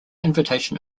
invitation